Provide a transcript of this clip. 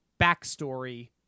backstory